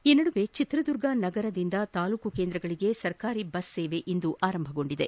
ಈ ಮಧ್ಯ ಚಿತ್ರದುರ್ಗ ನಗರದಿಂದ ತಾಲೂಕು ಕೇಂದ್ರಗಳಿಗೆ ಸರಕಾರಿ ಬಸ್ ಸೇವೆ ಇಂದು ಆರಂಭಗೊಂಡಿದೆ